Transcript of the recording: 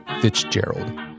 Fitzgerald